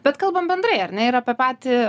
bet kalbam bendrai ar ne ir apie patį